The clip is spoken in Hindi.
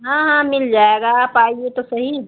हाँ हाँ मिल जाएगा आप आइए तो सही